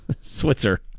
Switzer